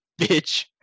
bitch